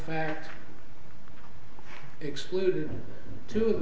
fact to